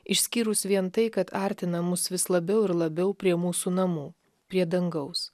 išskyrus vien tai kad artina mus vis labiau ir labiau prie mūsų namų prie dangaus